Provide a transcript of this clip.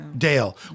Dale